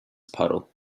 puddle